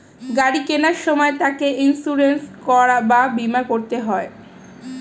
গাড়ি কেনার সময় তাতে ইন্সুরেন্স বা বীমা করতে হয়